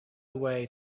away